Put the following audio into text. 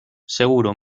seguro